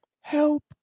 help